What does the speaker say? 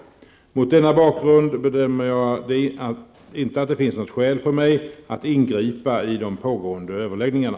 Mot denna bakgrund bedömer jag att det inte finns något skäl för mig att ingripa i de pågående överläggningarna.